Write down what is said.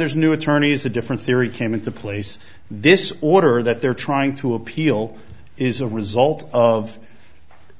there's new attorneys a different theory came into place this order that they're trying to appeal is a result of